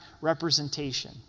representation